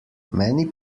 many